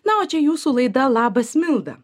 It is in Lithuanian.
na o čia jūsų laida labas milda